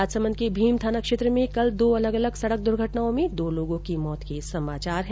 राजसमंद के भीम थाना क्षेत्र में कल दो अलग अलग सड़क दुर्घटनाओं में दो लोगो की मौत के समाचार है